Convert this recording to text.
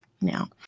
now